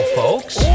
folks